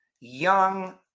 young